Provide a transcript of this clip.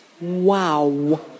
Wow